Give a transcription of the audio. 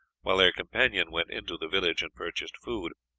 while their companion went into the village and purchased food.